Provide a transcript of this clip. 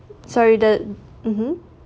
sorry the mmhmm